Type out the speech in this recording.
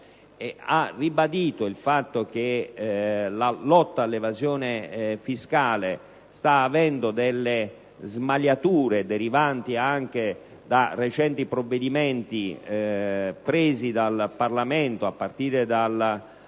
ribadito il fatto che la lotta all'evasione fiscale sta mostrando delle smagliature derivanti anche da recenti provvedimenti presi dal Parlamento, a partire da